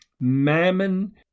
Mammon